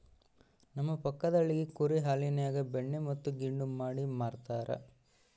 ನಮ್ಮ ಪಕ್ಕದಳ್ಳಿಗ ಕುರಿ ಹಾಲಿನ್ಯಾಗ ಬೆಣ್ಣೆ ಮತ್ತೆ ಗಿಣ್ಣು ಮಾಡಿ ಮಾರ್ತರಾ